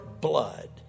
blood